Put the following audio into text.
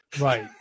Right